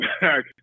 back